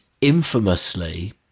infamously